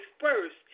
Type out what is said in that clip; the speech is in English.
first